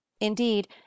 indeed